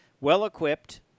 well-equipped